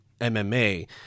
MMA